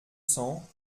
cents